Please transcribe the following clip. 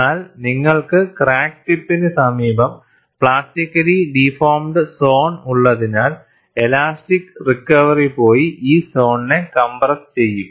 എന്നാൽ നിങ്ങൾക്ക് ക്രാക്ക് ടിപ്പിന് സമീപം പ്ലാസ്റ്റിക്കലി ഡിഫോർമിഡ് സോൺ ഉള്ളതിനാൽ ഇലാസ്റ്റിക് റിക്കവറി പോയി ഈ സോണിനെ കംപ്രസ് ചെയ്യും